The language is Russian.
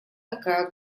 такая